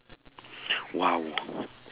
!wow!